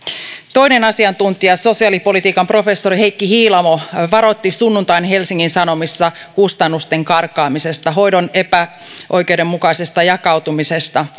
toinen asiantuntija sosiaalipolitiikan professori heikki hiilamo varoitti sunnuntain helsingin sanomissa kustannusten karkaamisesta hoidon epäoikeudenmukaisesta jakautumisesta